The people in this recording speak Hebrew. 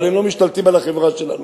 אבל הם לא משתלטים על החברה שלנו,